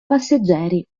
passeggeri